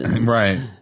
Right